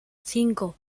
cinco